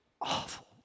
awful